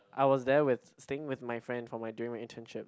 I was there with staying with my friend for my during my internship